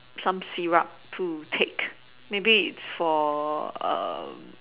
some syrup to take maybe it's for